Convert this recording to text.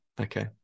Okay